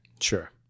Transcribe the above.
Sure